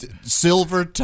Silver